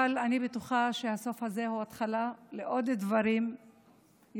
אבל אני בטוחה שהסוף הזה הוא התחלה של עוד דברים יפים